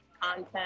content